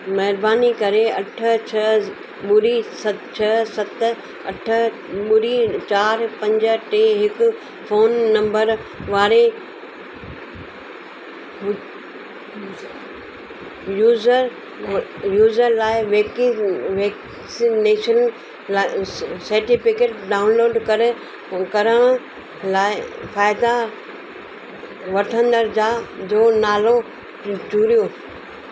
महिरबानी करे अठ छह ॿुड़ी स छह सत अठ ॿुड़ी चार पंज टे हिकु फोन नंबर वारे यूज़र यूज़र लाइ वेकिंग वेक्सनेशन सर्टिफिकेट डाऊनलोड करे करणु लाइ फ़ाइदा वठंदड़ जा जो नालो जोड़ियो